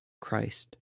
Christ